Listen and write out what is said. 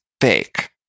fake